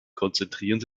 konzentrieren